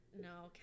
no